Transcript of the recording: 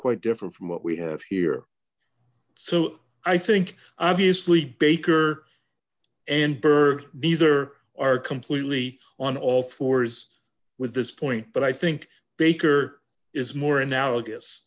quite different from what we have here so i think obviously baker and burke neither are completely on all fours with this point but i think baker is more analogous